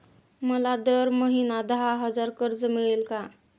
मला दर महिना दहा हजार कर्ज मिळेल का?